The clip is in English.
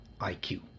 IQ